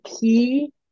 key